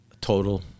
Total